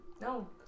No